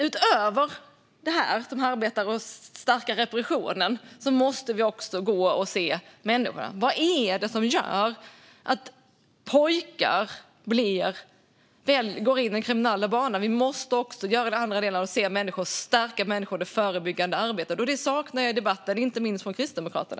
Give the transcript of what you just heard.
Utöver att stärka repressionen måste vi också se människan. Vad är det som gör att pojkar slår in på en kriminell bana? Vi måste också göra de andra delarna. Vi måste se människor och stärka människor. Detta är det förebyggande arbetet. Det saknar jag i debatten, inte minst från Kristdemokraterna.